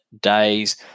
days